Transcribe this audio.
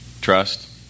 Trust